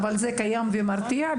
אבל זה קיים ומרתיע,